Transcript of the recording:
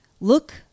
look